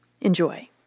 Enjoy